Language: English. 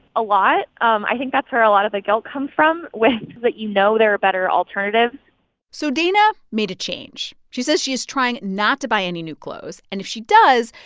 a lot. um i think that's where a lot of the guilt comes from when but you know there are better alternatives so dana made a change. she says she is trying not to buy any new clothes, and if she does,